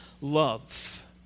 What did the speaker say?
love